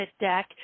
deck